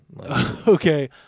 Okay